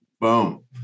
boom